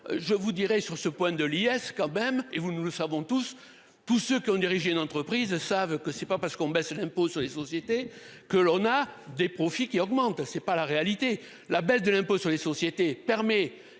Je vous dirais sur ce point de liesse quand même et vous nous le savons tous, tous ceux qui ont dirigé une entreprise savent que c'est pas parce qu'on baisse l'impôt sur les sociétés. Que l'on a des profits qui augmentent, c'est pas la réalité. La baisse de l'impôt sur les sociétés permet